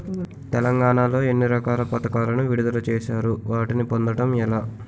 తెలంగాణ లో ఎన్ని రకాల పథకాలను విడుదల చేశారు? వాటిని పొందడం ఎలా?